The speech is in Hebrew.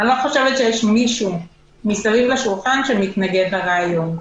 אני לא חושבת שיש מישהו מסביב לשולחן שמתנגד לרעיון.